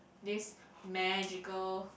this magical